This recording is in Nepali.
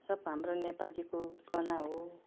सब हाम्रो नेपालीको गहना हो